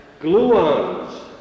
gluons